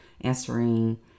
answering